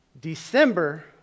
December